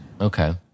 Okay